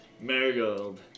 Marigold